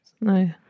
no